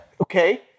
Okay